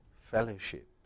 fellowship